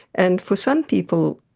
and for some people,